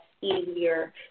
easier